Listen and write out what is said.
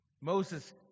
Moses